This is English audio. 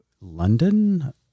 London